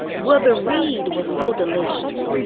well, the read was so delicious.